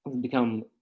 become